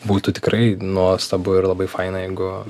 būtų tikrai nuostabu ir labai faina jeigu